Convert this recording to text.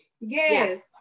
Yes